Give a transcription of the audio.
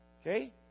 Okay